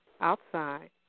outside